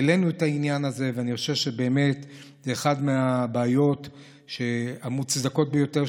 העלינו את העניין הזה ואני חושב שבאמת זו אחת הסוגיות המוצדקות ביותר,